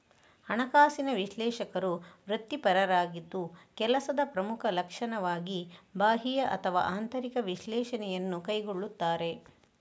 ಹಣಕಾಸಿನ ವಿಶ್ಲೇಷಕರು ವೃತ್ತಿಪರರಾಗಿದ್ದು ಕೆಲಸದ ಪ್ರಮುಖ ಲಕ್ಷಣವಾಗಿ ಬಾಹ್ಯ ಅಥವಾ ಆಂತರಿಕ ವಿಶ್ಲೇಷಣೆಯನ್ನು ಕೈಗೊಳ್ಳುತ್ತಾರೆ